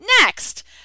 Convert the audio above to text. next